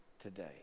today